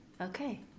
Okay